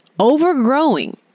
overgrowing